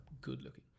good-looking